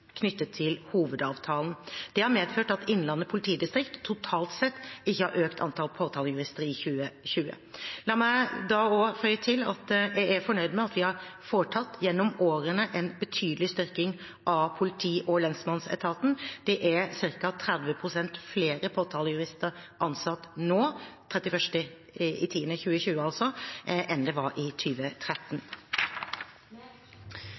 knyttet til hovedavtalen. Det har medført at Innlandet politidistrikt totalt sett ikke har økt antall påtalejurister i 2020. La meg føye til at jeg er fornøyd med at vi gjennom årene har foretatt en betydelig styrking av politi- og lensmannsetaten. Det var ca. 30 pst. flere påtalejurister ansatt per 31. oktober 2020 enn det var i